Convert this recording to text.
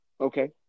Okay